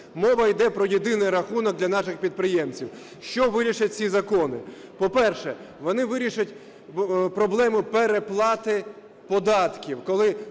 Мова йде про єдиний рахунок для наших підприємців. Що вирішать ці закони? По-перше, вони вирішать проблему переплати податків,